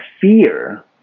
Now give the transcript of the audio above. fear